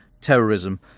terrorism